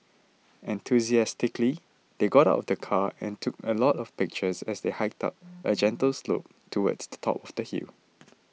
enthusiastically they got out of the car and took a lot of pictures as they hiked up a gentle slope towards the top of the hill